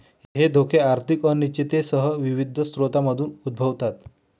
हे धोके आर्थिक अनिश्चिततेसह विविध स्रोतांमधून उद्भवतात